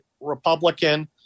Republican